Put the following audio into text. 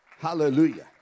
Hallelujah